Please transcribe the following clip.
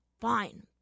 Fine